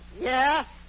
Yes